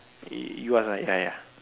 you ask ah ya ya